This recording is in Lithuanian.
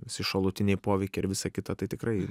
visi šalutiniai poveikiai ir visa kita tai tikrai